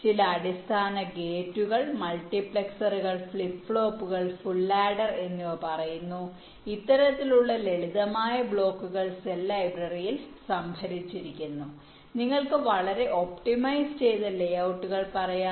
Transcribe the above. ചില അടിസ്ഥാന ഗേറ്റുകൾ മൾട്ടിപ്ലക്സറുകൾ ഫ്ലിപ്പ് ഫ്ലോപ്പുകൾ ഫുൾ ആഡർ എന്ന് പറയുന്നു ഇത്തരത്തിലുള്ള ലളിതമായ ബ്ലോക്കുകൾ സെൽ ലൈബ്രറിയിൽ സംഭരിച്ചിരിക്കുന്നു നിങ്ങൾക്ക് വളരെ ഒപ്റ്റിമൈസ് ചെയ്ത ലേഔട്ടുകൾ പറയാം